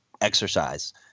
exercise